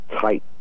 tight